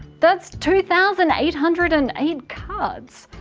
that's two thousand eight hundred and eight cards.